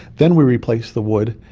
then we replace the wood,